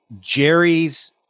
Jerry's